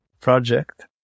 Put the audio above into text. project